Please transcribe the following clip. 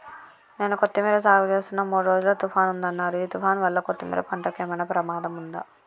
నేను కొత్తిమీర సాగుచేస్తున్న మూడు రోజులు తుఫాన్ ఉందన్నరు ఈ తుఫాన్ వల్ల కొత్తిమీర పంటకు ఏమైనా ప్రమాదం ఉందా?